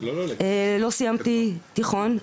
לא סיימתי תיכון.